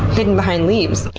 hidden behind leaves?